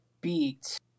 beat